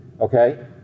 Okay